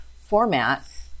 format